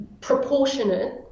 proportionate